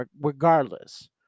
regardless